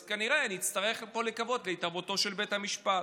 אז כנראה נצטרך פה לקוות להתערבותו של בית המשפט.